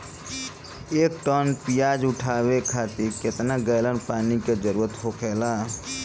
एक टन प्याज उठावे खातिर केतना गैलन पानी के जरूरत होखेला?